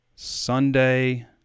Sunday